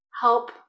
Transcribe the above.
help